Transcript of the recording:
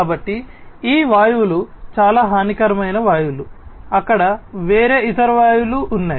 కాబట్టి ఈ వాయువులు చాలా హానికరమైన వాయువులు అక్కడ వేరే ఇతర వాయువులు ఉన్నాయి